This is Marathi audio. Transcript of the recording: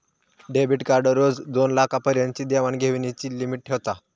डेबीट कार्ड रोज दोनलाखा पर्यंतची देवाण घेवाणीची लिमिट ठेवता